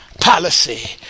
policy